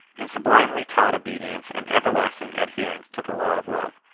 and sublimely taught obedient and everlasting adherence to the law of love,